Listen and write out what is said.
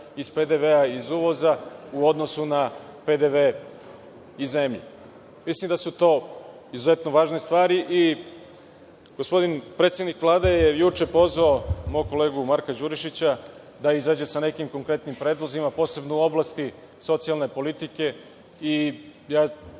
iz PDV, iz uvoza u odnosu na PDV iz zemlje. Mislim da su to izuzetno važne stvari i gospodin predsednik Vlade je juče pozvao mog kolegu Marka Đurišića da izađe sa nekim konkretnim predlozima, posebno u oblasti socijalne politike.